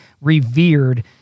revered